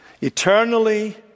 eternally